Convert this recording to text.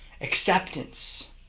Acceptance